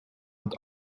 hat